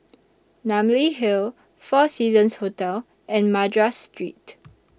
Namly Hill four Seasons Hotel and Madras Street